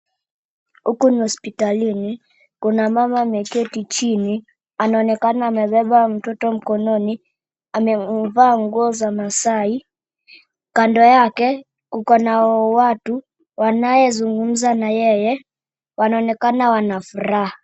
Huku ni hospitalini kuna mama ameketi chini anaonekana amebeba mtoto mkononi, amevaa nguo za maasai ,kando yake kuko na watu wanayezungumza na yeye, wanaonekana wanafuraha.